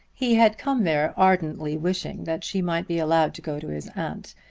he had come there ardently wishing that she might be allowed to go to his aunt,